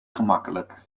gemakkelijk